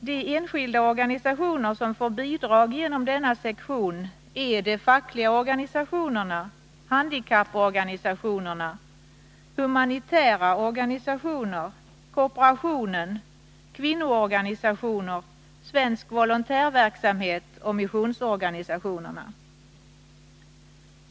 De enskilda organisationer som får bidrag genom denna sektion är de fackliga organisationerna, handikapporganisationerna, humanitära organisationer, kooperationen, kvinnoorganisationer, Svensk volontärsamverkan och missionsorganisationer.